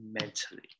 mentally